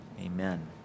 amen